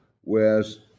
whereas